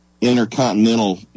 intercontinental